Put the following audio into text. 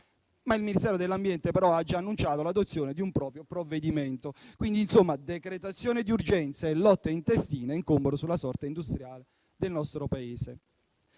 Il Ministero dell'ambiente, però, ha già annunciato l'adozione di un proprio provvedimento. Insomma, decretazione di urgenza e lotte intestine incombono sulla sorte industriale del nostro Paese.